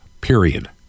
period